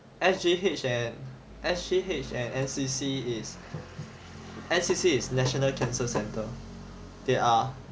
S_G_H and S_G_H and N_C_C is N_C_C is national cancer center they are